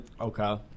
okay